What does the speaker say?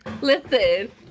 Listen